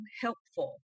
helpful